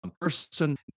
Person